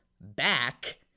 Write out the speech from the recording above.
back